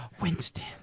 Winston